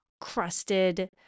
crusted